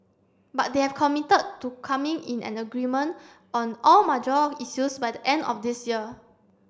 but they have committed to coming in an agreement on all major issues by the end of this year